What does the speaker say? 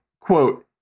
quote